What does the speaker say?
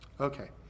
Okay